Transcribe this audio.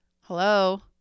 hello